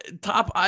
Top